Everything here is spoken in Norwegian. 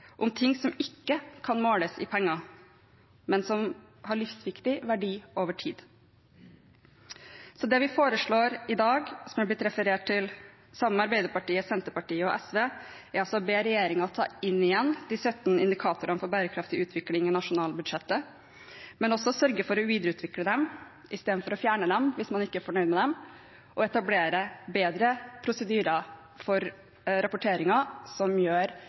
om ting som ikke kan måles i penger, men som har livsviktig verdi over tid. Så det vi foreslår i dag, som er blitt referert til, sammen med Arbeiderpartiet, Senterpartiet og SV, er altså å be regjeringen ta inn igjen de 17 indikatorene for bærekraftig utvikling i nasjonalbudsjettet – men også å sørge for å videreutvikle dem istedenfor å fjerne dem hvis man ikke er fornøyd med dem, og å etablere bedre prosedyrer for rapporteringer som gjør